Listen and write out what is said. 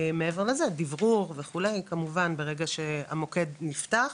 מעבר לזה דיוור וכו' כמובן ברגע שהמוקד נפתח,